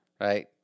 Right